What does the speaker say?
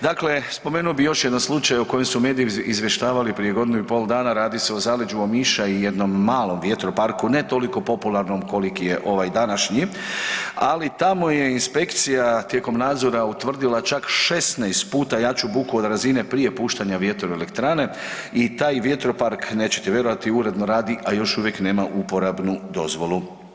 Dakle, spomenuo bih još jedan slučaj o kojem su mediji izvještavali prije godinu i pol dana, radi se o zaleđu Omiša i jednom malom vjetroparku ne toliko popularnom koliki je ovaj današnji, ali tamo je inspekcija tijekom nadzora utvrdila čak 16 puta jaču buku od razine prije puštanja vjetroelektrane i taj vjetropark nećete vjerovati uredno radi, a još uvijek nema uporabnu dozvolu.